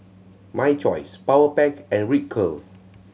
My Choice Powerpac and Ripcurl